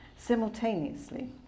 Simultaneously